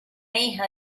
hija